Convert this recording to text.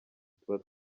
tuba